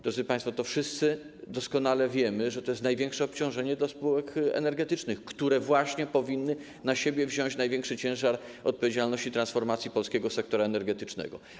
Drodzy państwo, to wszyscy doskonale wiemy, że to jest największe obciążenie dla spółek energetycznych, które właśnie powinny na siebie wziąć największy ciężar odpowiedzialności transformacji polskiego sektora energetycznego.